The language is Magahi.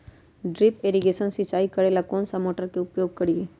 ड्रिप इरीगेशन सिंचाई करेला कौन सा मोटर के उपयोग करियई?